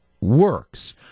works